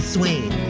Swain